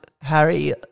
Harry